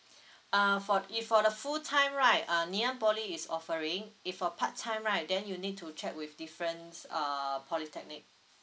uh for if for the full time right uh ngee ann poly is offering if for part time right then you need to check with different uh polytechnic